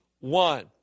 one